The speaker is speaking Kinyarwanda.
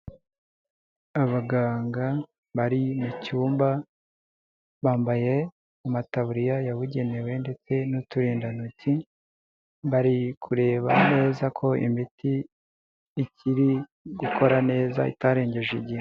Abaganga bari mu cyumba bambaye amataburiya yabugenewe ndetse n'uturindantoki, bari kureba neza ko imiti ikiri gukora neza itarengeje igihe.